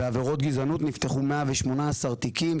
בעבירות גזענות נפתחו 118 תיקים.